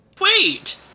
wait